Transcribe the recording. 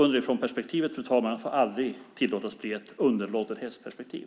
Underifrånperspektivet får aldrig tillåtas att bli ett underlåtenhetsperspektiv.